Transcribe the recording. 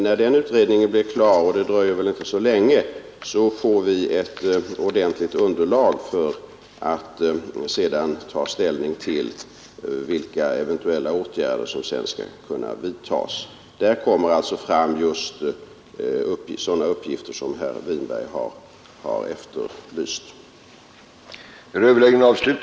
När den utredningen blir klar, och det dröjer väl inte så länge, får vi ett ordentligt underlag för att ta ställning till vilka eventuella åtgärder som sedan skall kunna vidtas. Där kommer alltså fram just sådana uppgifter som herr Winberg har efterlyst.